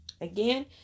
Again